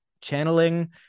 channeling